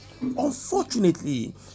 Unfortunately